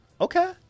Okay